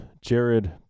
Jared